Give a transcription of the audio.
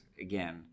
again